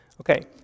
Okay